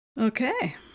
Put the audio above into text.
Okay